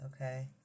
Okay